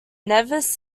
nevis